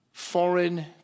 foreign